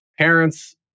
parents